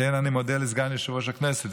כמו כן אני מודה לסגן יושב-ראש הכנסת,